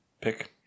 pick